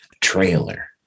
trailer